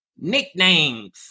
nicknames